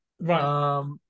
right